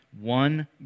One